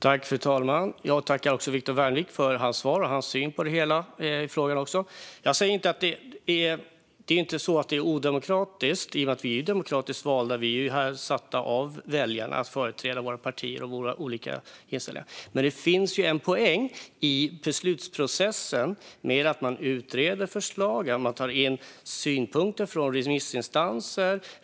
Fru talman! Jag tackar Viktor Wärnick för hans svar och hans syn på frågan. Det är inte så att det är odemokratiskt i och med att vi är demokratiskt valda. Väljarna har bestämt att vi ska företräda våra partier. Men det finns en poäng i beslutsprocessen med att man utreder förslag och att man tar in synpunkter från remissinstanser.